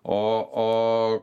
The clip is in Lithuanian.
o o